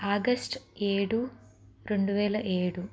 August ఏడు రెండు వేల ఏడు